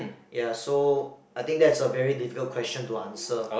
ya so I think that's a very difficult question to answer